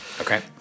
Okay